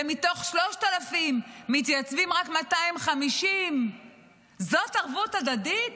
ומתוך 3,000 מתייצבים רק 250. זאת ערבות הדדית?